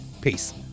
Peace